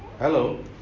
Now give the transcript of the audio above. Hello